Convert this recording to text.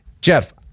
Jeff